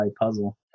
puzzle